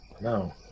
No